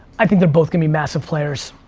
i think they're both gonna be massive players.